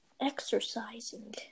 Exercising